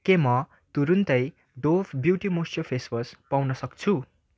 के म तुरुन्तै Dove beauty moisture face wash पाउन सक्छु